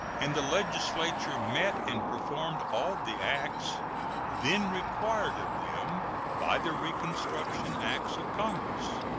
and the legislature met and performed all the acts then required of them by the reconstruction acts of congress.